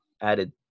added